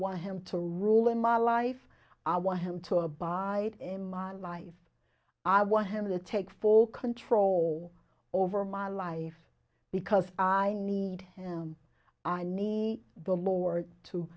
want him to rule in my life i want him to abide in my life i want him to take full control over my life because i need him i need the lord to